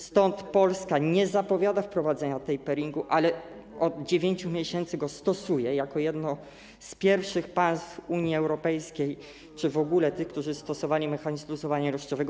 Stąd Polska nie zapowiada wprowadzenia taperingu, ale od 9 miesięcy go stosuje jako jedno z pierwszych państw Unii Europejskiej czy w ogóle tych, którzy stosowali mechanizm luzowania ilościowego.